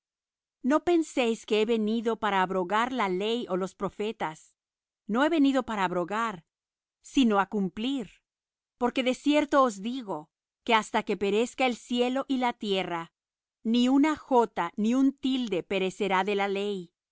no penséis que he venido para abrogar la ley ó los profetas no he venido para abrogar sino á cumplir porque de cierto os digo que hasta que perezca el cielo y la tierra ni una jota ni un tilde perecerá de la ley